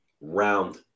Round